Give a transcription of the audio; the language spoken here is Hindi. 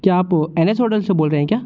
क्या आप एनेस होटल से बोल रहे हैं क्या